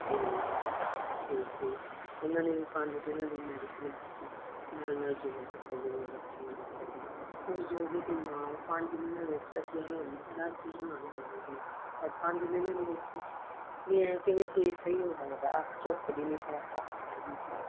ਅਤੇ ਵਿੱਚ ਉਹਨਾਂ ਨੇ ਵੀ ਪੰਜ ਦਿਨਾਂ ਦੀ ਮੈਡੀਸਨ ਖਾਦੀ ਨਾਲ ਨਾਲ ਯੋਗਾ ਕੀਤਾ ਜਿਵੇਂ ਡਾਕਟਰ ਨੇ ਦੱਸਿਆ ਸੀਗਾ ਉਸ ਯੋਗੇ ਦੇ ਨਾਲ ਪੰਜ ਦਿਨਾਂ ਵਿੱਚ ਅਸੀਂ ਹਰਾ ਅਸੀ ਹੈਰਾਨ ਹੋ ਗਏ ਵੀ ਇਹ ਪੰਜ ਦਿਨਾਂ ਦੇ ਵਿੱਚ ਵੀ ਐਂ ਕਿਵੇਂ ਫੇਸ ਸਹੀ ਹੋ ਸਕਦਾ ਅੱਖ ਝਪਕਦੀ ਨਹੀਂ ਸੀ ਅੱਖ ਖੜ ਗਈ ਸੀ